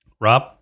Rob